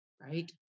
right